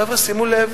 חבר'ה, שימו לב,